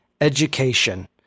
education